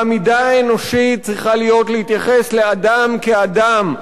והמידה האנושית צריכה להיות להתייחס לאדם כאדם,